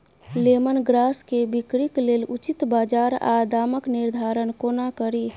Lemon grass केँ बिक्रीक लेल उचित बजार आ दामक निर्धारण कोना कड़ी?